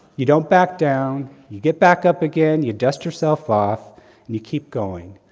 you don't back down, you get back up again, you dust yourself off and you keep going.